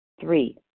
Three